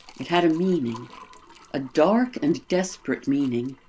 it had a meaning a dark and desperate meaning.